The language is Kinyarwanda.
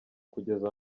kugeza